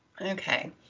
okay